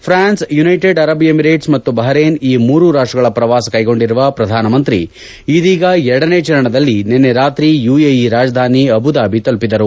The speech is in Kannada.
ಫ್ರಾನ್ಸ್ ಯುನೈಟೆಡ್ ಅರಬ್ ಎಮಿರೇಟ್ಸ್ ಮತ್ತು ಬಹರೇನ್ ಈ ಮೂರು ರಾಷ್ಷಗಳ ಪ್ರವಾಸ ಕೈಗೊಂಡಿರುವ ಪ್ರಧಾನಮಂತ್ರಿ ಇದೀಗ ಎರಡನೇ ಚರಣದಲ್ಲಿ ನಿನ್ನೆ ರಾತ್ರಿ ಯುಎಇ ರಾಜಧಾನಿ ಅಬುಧಾಬಿ ತಲುಪಿದರು